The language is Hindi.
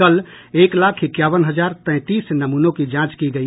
कल एक लाख इक्यावन हजार तैंतीस नमूनों की जांच की गई